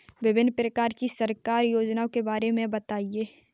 विभिन्न प्रकार की सरकारी योजनाओं के बारे में बताइए?